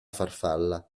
farfalla